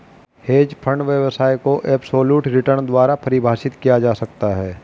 hedge fund व्यवसाय को absolute return द्वारा परिभाषित किया जा सकता है